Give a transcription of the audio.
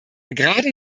gerade